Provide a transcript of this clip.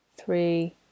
three